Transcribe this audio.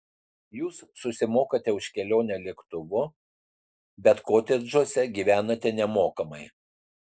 jūs susimokate už kelionę lėktuvu bet kotedžuose gyvenate nemokamai